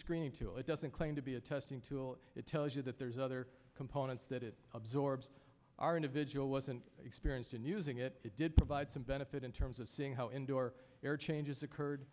screening tool it doesn't claim to be a testing tool it tells you that there's other components that it absorbs our individual wasn't experienced in using it it did provide some benefit in terms of seeing how indoor air changes occurred